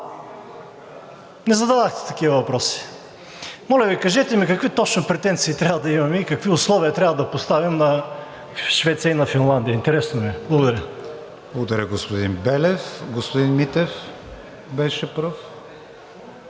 не задавахте такива въпроси. Моля Ви, кажете ми какви точно претенции трябва да имаме и какви условия трябва да поставим на Швеция и на Финландия, интересно ми е? Благодаря. ПРЕДСЕДАТЕЛ КРИСТИАН ВИГЕНИН: Благодаря, господин Белев. Господин Митев беше пръв.